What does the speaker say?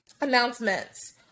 Announcements